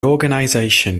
organisation